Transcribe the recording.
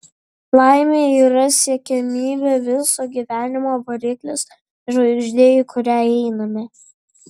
laimė yra siekiamybė viso gyvenimo variklis žvaigždė į kurią einame